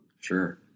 Sure